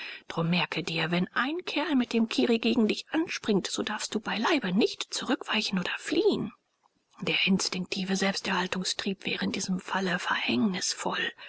drum merke dir wenn ein kerl mit dem kirri gegen dich anspringt so darfst du beileibe nicht zurückweichen oder fliehen der instinktive selbsterhaltungstrieb wäre in diesem falle